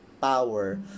power